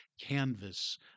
canvas